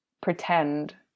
pretend